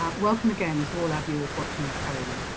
um welcome again to all our viewers watching at home.